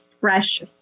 fresh